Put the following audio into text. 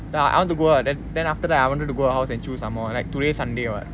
ya I want to go out then then after that I wanted to go her house and choose some more like today sunday [what]